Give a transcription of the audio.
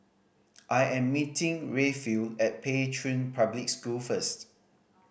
I am meeting Rayfield at Pei Chun Public School first